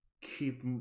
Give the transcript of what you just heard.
keep